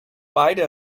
beide